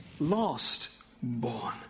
lastborn